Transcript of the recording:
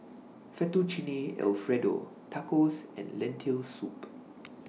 Fettuccine Alfredo Tacos and Lentil Soup